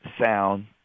sound